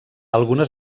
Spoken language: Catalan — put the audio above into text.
algunes